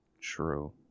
True